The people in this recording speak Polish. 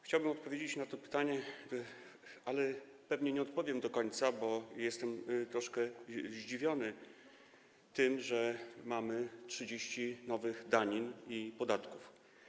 Chciałbym odpowiedzieć na to pytanie, ale pewnie nie odpowiem do końca, bo jestem troszkę zdziwiony tym, że mamy 30 nowych danin i podatków.